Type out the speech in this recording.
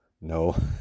No